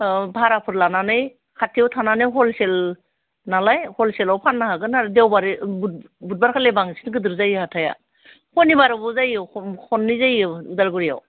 औ भाराफोर लानानै खाथियाव थानानै हल सेल नालाय हलसेलाव फाननो हागोन आरो देवबारै बुध बुधबारखालि बांसिन गोदोर जायो हाथाइआ सनिबारावबो जायो खन खननै जायो उदालगुरियाव